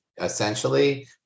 essentially